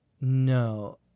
No